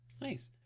Nice